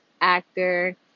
actor